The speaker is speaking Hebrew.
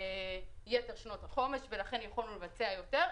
יתר שנות החומש ולכן יכולנו לבצע יותר,